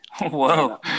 Whoa